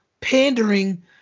pandering